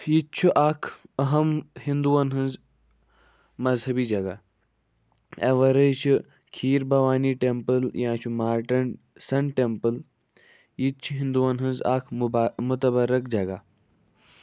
یہِ تہِ چھُ اکھ اَہم ہِنٛدُوَن ہِنز مَذہبی جگہ اَمہِ وَرٲے چھِ کھیٖر بھوانی ٹٮ۪مپٕل یا چھُ مارٹنٛڈ سَن ٹٮ۪مپٕل یہِ تہِ چھِ ہِنٛدوٗوَن ہِنز اکھ مُبا مُتَبَرٕک جگہ